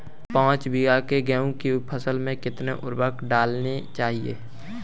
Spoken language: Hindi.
पाँच बीघा की गेहूँ की फसल में कितनी उर्वरक डालनी चाहिए?